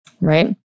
right